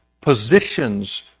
positions